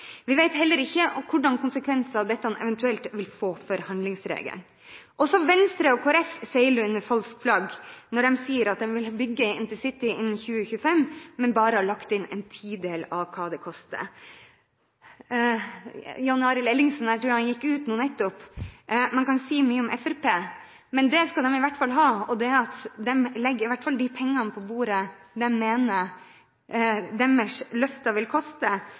Vi vet heller ikke hvilke konsekvenser dette eventuelt vil få for handlingsregelen. Også Venstre og Kristelig Folkeparti seiler under falsk flagg når de sier at de vil bygge ut intercity innen 2025, men bare har lagt inn en tidel av hva det koster. Til Jan Arild Ellingsen – jeg tror han nettopp gikk ut: Man kan si mye om Fremskrittspartiet, men det skal de ha, at de i hvert fall legger de pengene på bordet som de mener deres løfter vil koste.